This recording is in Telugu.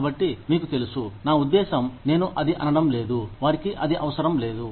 కాబట్టి మీకు తెలుసు నా ఉద్దేశం నేను అది అనడం లేదు వారికి అది అవసరం లేదు